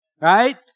right